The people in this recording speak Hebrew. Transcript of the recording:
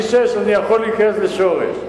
אני יכול להיכנס לשורש.